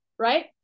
right